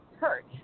hurt